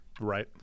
Right